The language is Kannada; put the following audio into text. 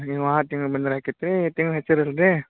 ನೀವು ಹೋದ ತಿಂಗ್ಳು ಬಂದ್ರೆ ಆಕಿತ್ತು ರೀ ಈ ತಿಂಗ್ಳು ಹಚ್ಚಿರೆ ಇಲ್ಲಾರಿ